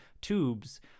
tubes